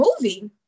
movie